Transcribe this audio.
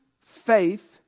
faith